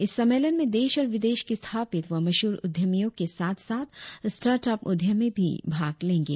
इस सम्मेलन में देश और विदेश के स्थापित व मशहुर उद्योमियों के साथ साथ स्टार्थ अप उद्यमी भी भाग लेंगे